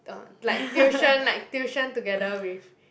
uh like tuition like tuition together with